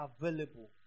available